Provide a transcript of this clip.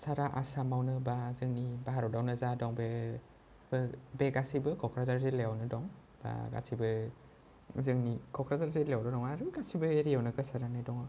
सारा आसामावनो बा जोंनि भारतआवनो जा दं बे बे गासिबो क'क्राझार जिल्लायावनो दं गासिबो जोंनि क'क्राझार जिल्लायावल' नङा गासिबो एरियायावनो गोसारनानै दङ